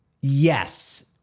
Yes